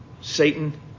Satan